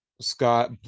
Scott